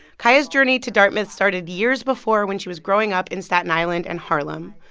kaya's journey to dartmouth started years before, when she was growing up in staten island and harlem.